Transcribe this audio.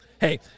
Hey